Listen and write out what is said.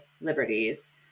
liberties